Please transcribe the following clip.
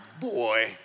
boy